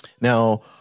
Now